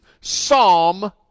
Psalm